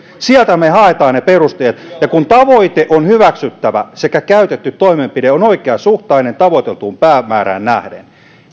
sieltä me haemme perusteet ja kun tavoite on hyväksyttävä sekä käytetty toimenpide on oikeasuhtainen tavoiteltuun päämäärään nähden